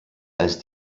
als